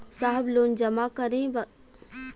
साहब लोन जमा करें में कुछ पैसा भी कटी?